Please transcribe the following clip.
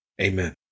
Amen